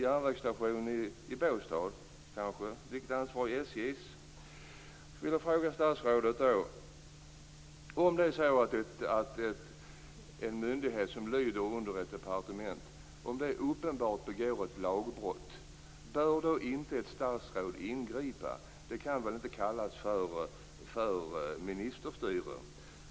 För det första vill jag fråga statsrådet: Om en myndighet som lyder under ett departement uppenbart begår ett lagbrott, bör då inte ett statsråd ingripa? Det kan väl inte kallas ministerstyre?